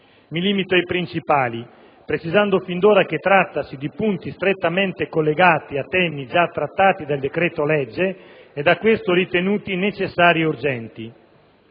Mi limito ai principali, precisando fin d'ora che sono punti strettamente collegati a temi già trattati dal decreto-legge e da questo ritenuti necessari ed urgenti.